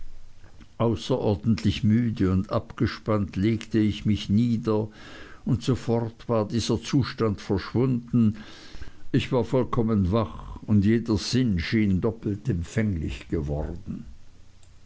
außerordentlich müde und abgespannt legte ich mich nieder und sofort war dieser zustand verschwunden ich war vollkommen wach und jeder sinn schien doppelt empfänglich geworden